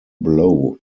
blow